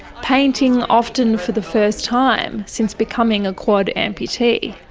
painting often for the first time since becoming a quad amputee.